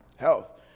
health